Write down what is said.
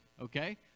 okay